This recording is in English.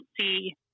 see